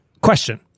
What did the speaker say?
question